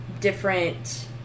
different